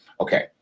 Okay